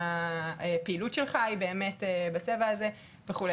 מהפעילות שלך היא באמת בצבע הזה וכו'.